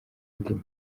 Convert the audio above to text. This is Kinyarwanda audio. ndimi